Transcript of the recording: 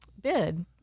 bid